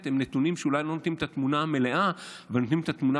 אולי לא נותנים את התמונה המלאה אבל נותנים את התמונה